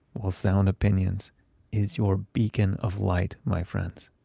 well, sound opinions is your beacon of light, my friends.